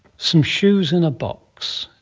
some shoes in a box.